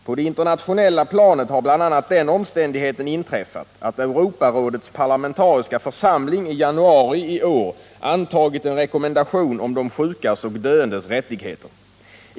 På det internationella planet har bl.a. den omständigheten inträffat att Europarådets parlamentariska församling i januari i år antagit en rekommendation om de sjukas och döendes rättigheter.